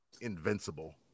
Invincible